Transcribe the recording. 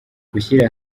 gushyira